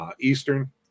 Eastern